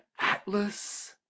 atlas